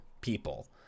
people